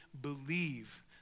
believe